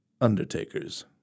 Undertakers